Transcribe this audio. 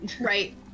Right